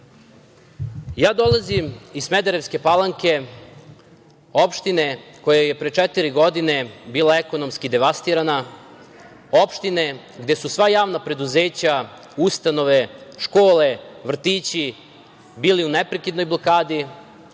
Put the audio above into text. Ja dolazim iz Smederevske Palanke, opštine koja je pre četiri godine bila ekonomski devastirana, opštine gde su sva javna preduzeća, ustanove, škole, vrtići bili u neprekidnoj blokadi,